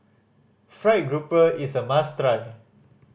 fried grouper is a must try